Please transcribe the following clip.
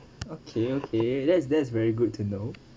okay okay that's that's very good to know